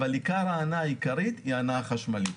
אבל עיקר ההנעה היא הנעה חשמלית.